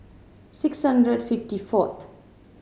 six hundred and fifty fourth